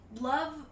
love